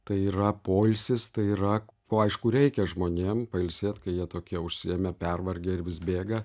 tai yra poilsis tai yra aišku reikia žmonėm pailsėt kai jie tokie užsiėmę pervargę ir vis bėga